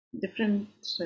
different